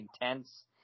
intense